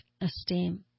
esteem